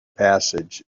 passage